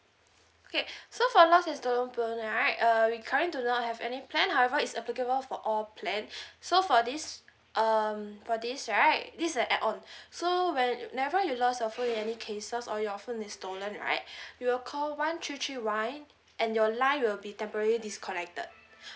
okay so for lost and stolen phone right uh we currently do not have any plan however it's applicable for all plan so for this um for this right this is an add on so whenever you lost your phone in any cases or your phone is stolen right we will call one three three one and your line will be temporary disconnected